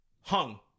hung